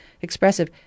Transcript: expressive